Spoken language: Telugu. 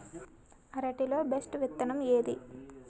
అరటి లో బెస్టు విత్తనం ఏది?